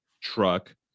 truck